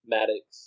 Maddox